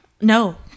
No